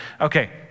Okay